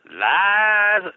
Lies